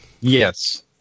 yes